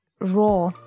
raw